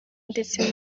ndetse